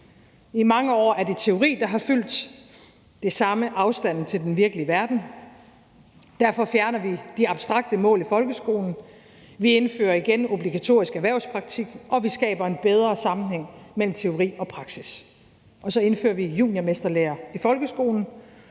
I mange år har det været teorien, der har fyldt, og det samme har afstanden til den virkelige verden. Derfor fjerner vi de abstrakte mål i folkeskolen, vi indfører igen obligatorisk erhvervspraktik, og vi skaber en bedre sammenhæng mellem teori og praksis. Så indfører vi juniormesterlære i folkeskolen,